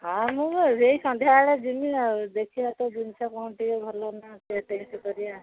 ହଉ ମୁଁ ଏଇ ସନ୍ଧ୍ୟାବେଳେ ଯିବି ଆଉ ଦେଖିବା ତୋ ଜିନିଷ କ'ଣ ଟିକେ ଭଲ ମନ୍ଦ ଟିକେ ଟେଷ୍ଟ କରିବା